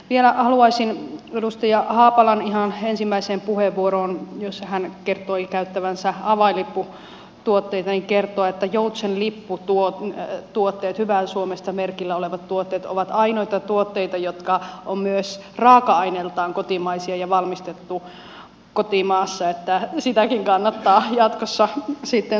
vielä haluaisin edustaja haapalan ihan ensimmäisen puheenvuoron jossa hän kertoi käyttävänsä avainlipputuotteita johdosta kertoa että joutsenlipputuotteet hyvää suomesta merkin tuotteet ovat ainoita tuotteita jotka ovat myös raaka aineiltaan kotimaisia ja valmistettuja kotimaassa että niitäkin kannattaa jatkossa sitten suosia